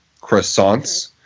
croissants